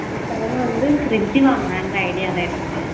அதுக்காக வந்து ஃப்ரிட்ஜ் வாங்கலாம்ன்ற ஐடியாவில் இருக்கேன்